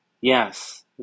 Yes